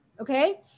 Okay